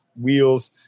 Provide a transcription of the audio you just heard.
wheels